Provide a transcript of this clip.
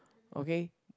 okay